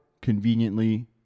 conveniently